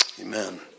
Amen